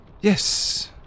Yes